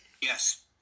Yes